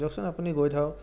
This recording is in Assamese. দিয়কচোন আপুনি গৈ থাকক